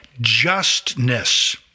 justness